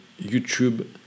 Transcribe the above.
YouTube